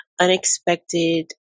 unexpected